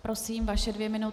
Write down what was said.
Prosím, vaše dvě minuty.